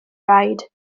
raid